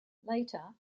later